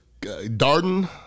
Darden